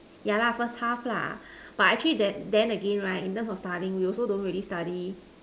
ya lah first half lah but actually then then again in terms of studies we also don't study